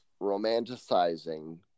romanticizing